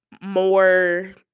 more